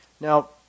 now